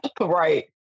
Right